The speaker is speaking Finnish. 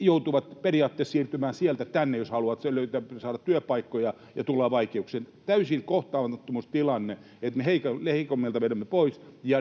joutuvat periaatteessa siirtymään sieltä tänne, jos haluavat saada työpaikkoja, ja tullaan vaikeuksiin. Täysi kohtaamattomuustilanne, että me heikoimmilta vedämme pois ja